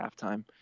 halftime